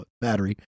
battery